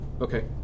Okay